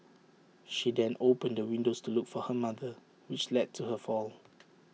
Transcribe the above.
she then opened the windows to look for her mother which led to her fall